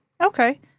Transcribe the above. Okay